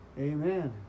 Amen